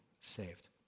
saved